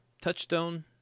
Touchstone